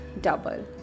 double